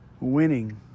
Winning